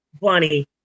bunny